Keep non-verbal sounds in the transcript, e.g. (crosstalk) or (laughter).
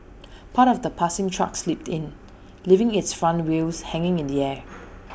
part of the passing truck slipped in leaving its front wheels hanging in the air (noise)